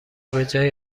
بجای